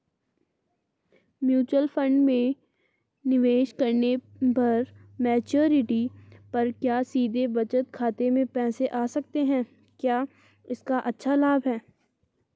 Mutual fund में निवेश करने पर मैच्योरिटी पर क्या सीधे बचत खाते में पैसे आ सकते हैं क्या इसका अच्छा लाभ है?